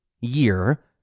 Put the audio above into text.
year